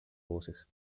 voces